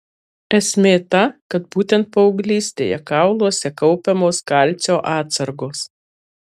esmė ta kad būtent paauglystėje kauluose kaupiamos kalcio atsargos